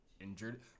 injured